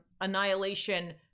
Annihilation